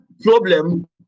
problem